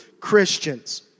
Christians